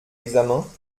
examens